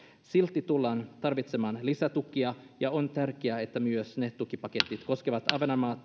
silti tullaan tarvitsemaan lisätukia ja on tärkeää että myös ne tukipaketit koskevat ahvenanmaata